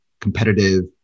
competitive